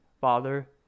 father